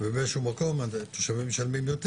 ובאיזה שהוא מקום התושבים משלמים יותר.